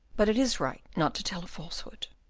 but it is right not to tell a falsehood.